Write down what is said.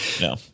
No